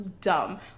dumb